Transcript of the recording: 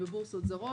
בבורסות זרות.